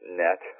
net